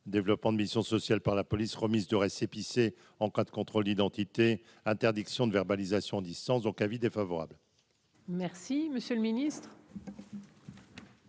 développement de mission sociale par la police, remise de récépissé en cas de contrôle d'identité, interdiction de verbalisation distance donc avis défavorable. Merci, monsieur le Ministre.